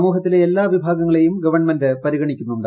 സമൂഹത്തിലെ എല്ലാ വിഭാഗങ്ങളെയും ഗവൺമെന്റ് പരിഗണിക്കുന്നുണ്ട്